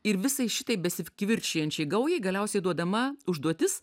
ir visai šitai besikivirčijančiai gaujai galiausiai duodama užduotis